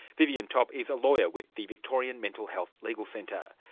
vivienne topp is a lawyer with the victorian mental health legal centre.